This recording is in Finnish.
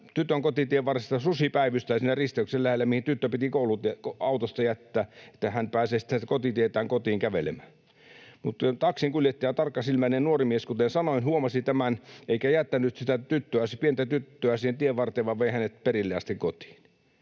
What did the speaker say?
tytön kotitien varressa, että susi päivystää siinä risteyksen lähellä, mihin tyttö piti autosta jättää, että hän pääsee sitten kotitietään kotiin kävelemään. Mutta tuo taksinkuljettaja, tarkkasilmäinen nuori mies, kuten sanoin, huomasi tämän, eikä jättänyt sitä tyttöä, pientä tyttöä, siihen tienvarteen vaan vei hänet perille asti kotiin.